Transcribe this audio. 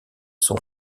son